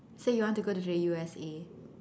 so you want to go to the U_S_A